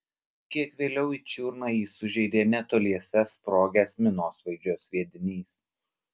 kiek vėliau į čiurną jį sužeidė netoliese sprogęs minosvaidžio sviedinys